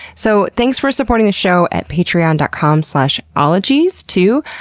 so thanks for supporting the show at patreon dot com slash ologies, too.